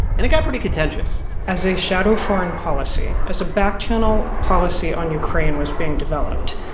and it got pretty contentious as a shadow foreign policy, as a back-channel policy on ukraine was being developed,